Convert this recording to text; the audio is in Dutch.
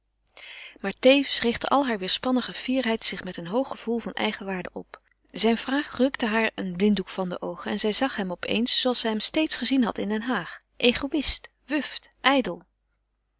maar tevens richtte al hare weerspannige fierheid zich met een hoog gevoel van eigenwaarde op zijn vraag rukte haar een blinddoek van de oogen en zij zag hem op eens zooals zij hem steeds gezien had in den haag egoïst wuft ijdel